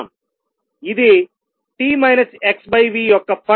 ఇది t - xv యొక్క function